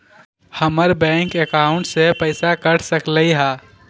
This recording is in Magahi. हमर बैंक अकाउंट से पैसा कट सकलइ ह?